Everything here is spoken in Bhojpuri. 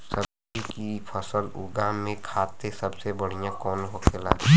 सब्जी की फसल उगा में खाते सबसे बढ़ियां कौन होखेला?